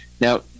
now